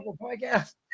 podcast